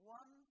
one